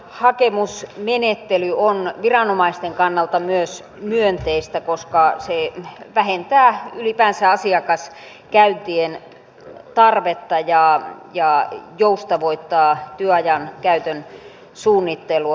kevennetty hakemusmenettely on myös viranomaisten kannalta myönteistä koska se vähentää ylipäänsä asiakaskäyntien tarvetta ja joustavoittaa työajan käytön suunnittelua